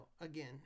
again